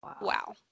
Wow